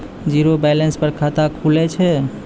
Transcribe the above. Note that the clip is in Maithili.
जीरो बैलेंस पर खाता खुले छै?